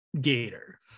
gator